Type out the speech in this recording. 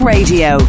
Radio